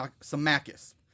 Symmachus